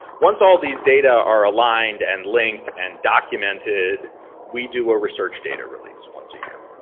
once all these data are aligned and linked and documented we do a research data release once a year.